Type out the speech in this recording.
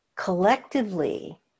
Collectively